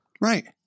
Right